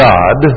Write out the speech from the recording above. God